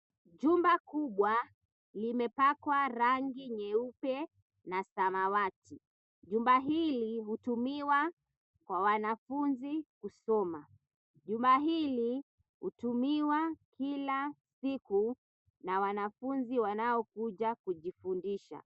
Jumba kubwa limepakwa rangi nyeupe na samawati. Jumba hili hutumiwa kwa wanafunzi kusoma. Jumba hili hutumiwa kila siku na wanafunzi wanakuja kujifundisha.